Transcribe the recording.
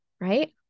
right